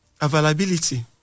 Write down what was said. availability